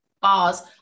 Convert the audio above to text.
bars